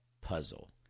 puzzle